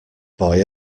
boy